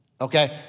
okay